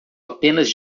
apenas